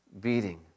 beating